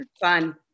fun